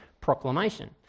proclamation